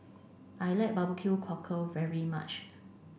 I like barbecue cockle very much